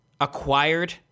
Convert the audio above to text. acquired